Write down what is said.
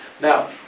Now